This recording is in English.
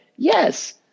Yes